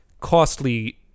costly